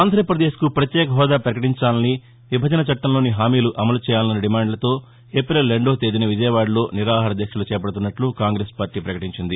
ఆంధ్రపదేశ్కు ప్రత్యేక హోదా పకటించాలని విభజన చట్టంలోని హామీలు అమలు చేయాలన్న డిమాండ్లతో ఏప్రిల్ రెండవ తేదీన విజయవాడలో నిరాహార దీక్షలు చేపడుతున్నట్ల కాంగ్రెస్ పార్టీ పకటించింది